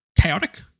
chaotic